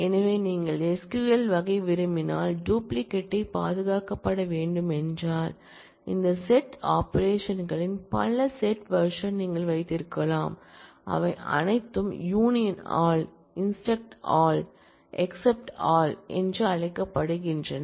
எனவே நீங்கள் SQL வகை விரும்பினால் டூப்ளிகேட்டை பாதுகாக்கப்பட வேண்டுமென்றால் இந்த செட் ஆபரேஷன் களின் பல செட் வெர்ஷன் நீங்கள் வைத்திருக்கலாம் அவை அனைத்தும் union all intersect all except all என்று அழைக்கப்படுகின்றன